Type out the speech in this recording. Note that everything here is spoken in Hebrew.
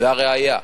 והראיה,